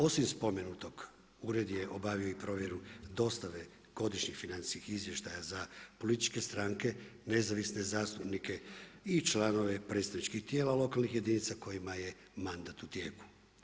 Osim spomenutom ured je obavio i provjeru dostave godišnjih financijskih izvještaja za političke stranke, nezavisne zastupnike i članove predstavničkih tijela lokalnih jedinica kojima je mandat u tijeku.